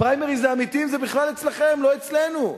הפריימריז האמיתיים הם בכלל אצלכם, ולא אצלנו.